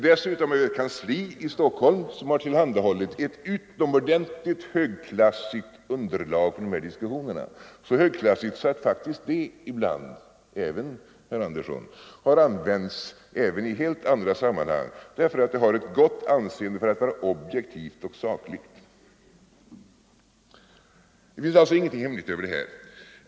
Dessutom finns ett kansli i Stockholm som tillhandahåller utomordentligt högklassigt underlag för de här diskussionerna — så högklassigt att det, herr Andersson, har använts även i helt andra sammanhang därför att det har ett gott anseende för att vara objektivt och sakligt. Det finns alltså ingenting hemligt över det hela.